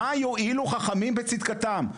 מה יועילו חכמים בצדקתם?